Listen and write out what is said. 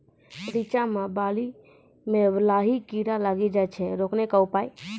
रिचा मे बाली मैं लाही कीड़ा लागी जाए छै रोकने के उपाय?